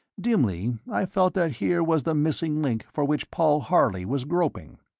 dimly i felt that here was the missing link for which paul harley was groping.